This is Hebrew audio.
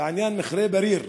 בעניין מכרה בריר,